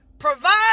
Provide